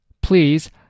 Please